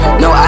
no